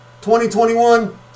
2021